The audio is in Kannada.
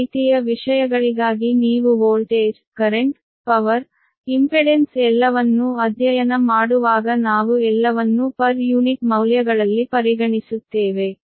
ಎಲ್ಲಾ ರೀತಿಯ ವಿಷಯಗಳಿಗಾಗಿ ನೀವು ವೋಲ್ಟೇಜ್ ಕರೆಂಟ್ ಪವರ್ ಇಂಪೆಡೆನ್ಸ್ ಎಲ್ಲವನ್ನೂ ಅಧ್ಯಯನ ಮಾಡುವಾಗ ನಾವು ಎಲ್ಲವನ್ನೂ ಪರ್ ಯೂನಿಟ್ ಮೌಲ್ಯಗಳಲ್ಲಿ ಪರಿಗಣಿಸುತ್ತೇವೆ